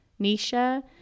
Nisha